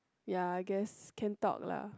ya I guess can talk lah